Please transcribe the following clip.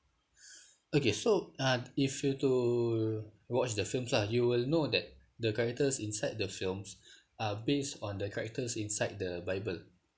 okay so uh if you were to watch the films lah you will know that the characters inside the films are based on the characters inside the bible